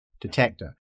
detector